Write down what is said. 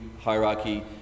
hierarchy